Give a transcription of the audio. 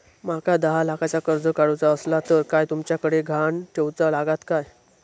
माका दहा लाखाचा कर्ज काढूचा असला तर काय तुमच्याकडे ग्हाण ठेवूचा लागात काय?